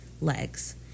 legs